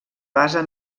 base